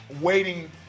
waiting –